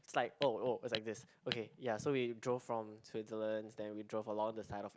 it's like oh oh is like this okay ya so we drove from Switzerland then we drove along the side of